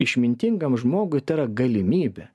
išmintingam žmogui tai yra galimybė